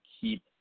keep